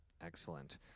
Excellent